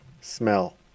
Smell